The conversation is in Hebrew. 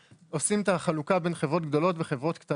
עושים את החלוקה בין חברות גדולות לקטנות.